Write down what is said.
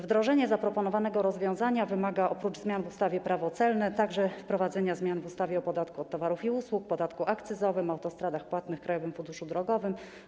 Wdrożenie zaproponowanego rozwiązania wymaga oprócz zmian w ustawie - Prawo celne także wprowadzenia zmian w ustawach: o podatku od towarów i usług; o podatku akcyzowym; o autostradach płatnych oraz o Krajowym Funduszu Drogowym;